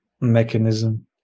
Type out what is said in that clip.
mechanism